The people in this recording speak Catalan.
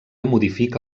modifica